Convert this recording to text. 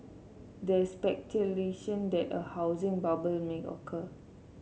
there is speculation that a housing bubble may occur